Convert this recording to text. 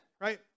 right